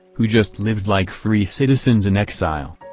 who just lived like free citizens in exile.